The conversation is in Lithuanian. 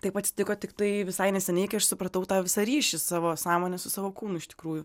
taip atsitiko tik tai visai neseniai supratau tą visą ryšį savo sąmone su savo kūnu iš tikrųjų